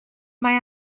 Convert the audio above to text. mae